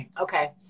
Okay